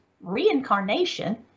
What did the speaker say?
reincarnation